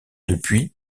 depuis